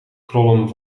krollen